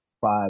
five